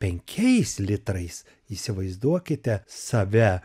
penkiais litrais įsivaizduokite save